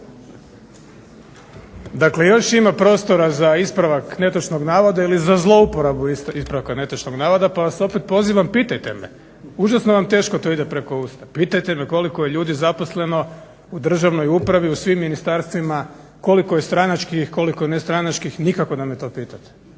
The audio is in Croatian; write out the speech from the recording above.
Dakle, još ima prostora za ispravak netočnog navoda ili za zlouporabu ispravka netočnog navoda pa vas opet pozivam pitajte me, užasno vam teško to ide preko usta. Pitajte me koliko je ljudi zaposleno u državnoj upravi u svim ministarstvima, koliko je stranačkih, koliko je nestranačkih, nikako da me to pitate.